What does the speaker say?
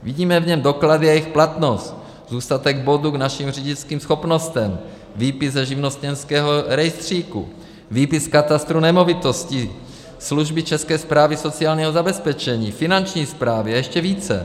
Vidíme v něm doklady a jejich platnost, zůstatek bodů k našim řidičským schopnostem, výpis ze živnostenského rejstříku, výpis z katastru nemovitostí, služby České správy sociálního zabezpečení, Finanční správy a ještě více.